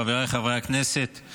חבריי חברי הכנסת,